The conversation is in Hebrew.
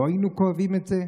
לא היינו כואבים את זה?